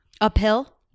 uphill